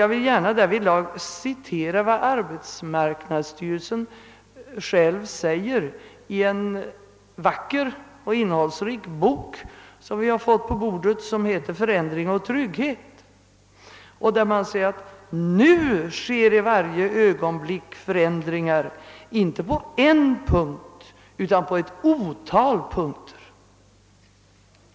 Jag vill gärna citera vad arbetsmarknadsstyrelsen själv säger i en vacker och innehållsrik bok som vi har fått på våra bord och som heter Förändring och trygghet. Där sägs att »nu sker i varje ögonblick förändringar inte på en punkt utan på ett otal punkter».